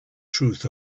truth